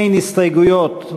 אין הסתייגויות,